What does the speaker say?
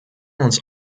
uns